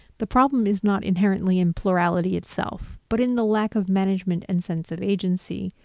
the problem is not inherently in plurality itself, but in the lack of management and sense of agency,